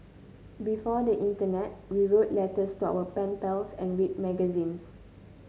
before the internet we wrote letters to our pen pals and read magazines